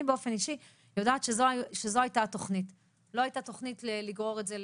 שהיא הייתה מייצגת אותו אם היא הייתה יושבת פה